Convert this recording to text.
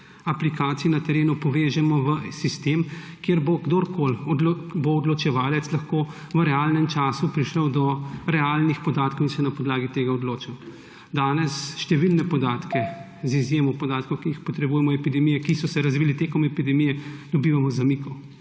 aplikacij na terenu povežemo v en sistem, kjer bo odločevalec lahko v realnem času prišel do realnih podatkov in se na podlagi tega odločil. Danes številne podatke, z izjemo podatkov, ki jih potrebujemo o epidemiji, ki so se razvili med epidemijo, dobivamo z zamikom,